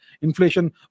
Inflation